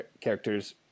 characters